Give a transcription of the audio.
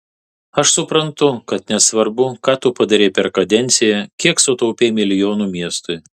aš suprantu kad nesvarbu ką tu padarei per kadenciją kiek sutaupei milijonų miestui